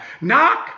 Knock